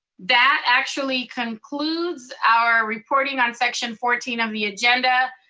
that actually concludes our reporting on section fourteen of the agenda.